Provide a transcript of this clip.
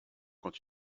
quand